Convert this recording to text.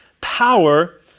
power